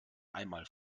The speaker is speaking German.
einmal